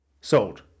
Sold